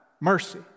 mercy